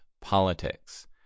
politics